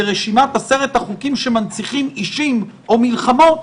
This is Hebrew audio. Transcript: ברשימת עשרת החוקים שמנציחים אישים או מלחמות,